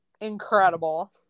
incredible